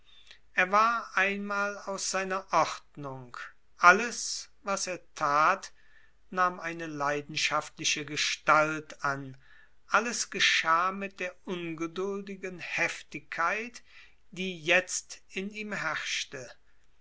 er war einmal aus seiner ordnung alles was er tat nahm eine leidenschaftliche gestalt an alles geschah mit der ungeduldigen heftigkeit die jetzt in ihm herrschte